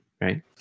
right